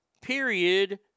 period